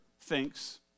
thinks